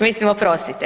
Mislim, oprostite.